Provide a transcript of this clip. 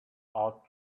out